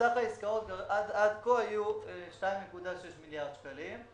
סך העסקאות עד כה היו 2.6 מיליארד שקלים.